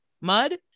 mud